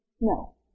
no